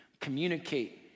communicate